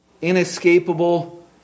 inescapable